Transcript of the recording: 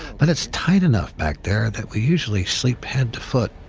but it's tight enough back there that we usually sleep head to foot.